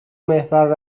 محور